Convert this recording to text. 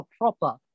proper